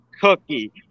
cookie